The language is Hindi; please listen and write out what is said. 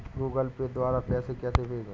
गूगल पे द्वारा पैसे कैसे भेजें?